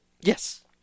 yes